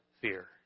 fear